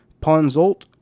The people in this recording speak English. Ponzolt